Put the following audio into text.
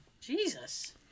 Jesus